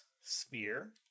spear